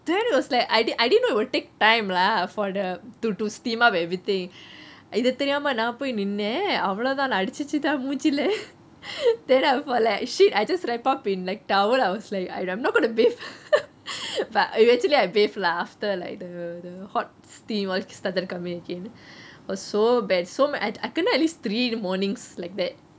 then it was like I did I didn't know it will take time lah for the to to steam up everything இது தெரியாம நான் போய் நின்னே அவ்ளோதான் என்ன அடிச்சுச்சு டா மூஞ்சுலே:ithu theriyame naan poi nineh avelovuthaan enna adichuchu da moonjuleh then I for like shit I just wrap up in like towel I was like I'm not going to bathe but eventually I bathe lah after like the hot steam was started coming out okay was so bad so I kena at least three mornings like that